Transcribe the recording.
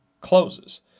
closes